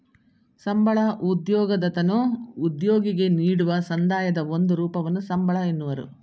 ಸಂಬಳ ಉದ್ಯೋಗದತನು ಉದ್ಯೋಗಿಗೆ ನೀಡುವ ಸಂದಾಯದ ಒಂದು ರೂಪವನ್ನು ಸಂಬಳ ಎನ್ನುವರು